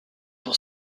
pour